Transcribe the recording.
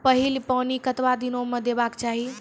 पहिल पानि कतबा दिनो म देबाक चाही?